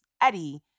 Eddie